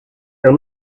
the